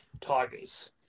Tigers